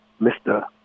Mr